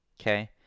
okay